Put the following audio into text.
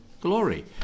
glory